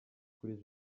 kuri